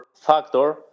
factor